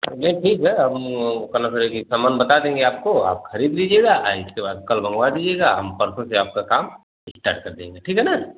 नहीं ठीक है अब वो कल ये भी सामान बता देंगे आपको आप खरीद लीजिएगा और इसके बाद कल मंगवा दीजिएगा हम परसों से आपका काम इस्टार्ट कर देंगे ठीक है ना